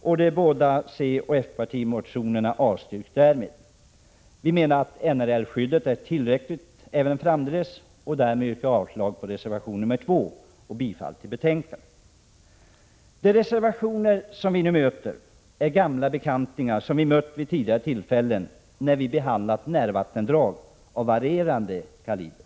De båda motionerna från centern och folkpartiet kraftsutbyggnaden, m.m. avstyrks därmed. Vi menar att NRL-skyddet är fullt tillräckligt även framdeles. Jag yrkar därför avslag på reservation 2 och bifall till utskottets hemställan. De reservationer som vi nu möter är gamla bekanta som vi mött vid tidigare tillfällen när vi behandlat närvattendrag av varierande kaliber.